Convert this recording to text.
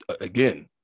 again